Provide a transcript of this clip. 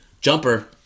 jumper